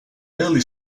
early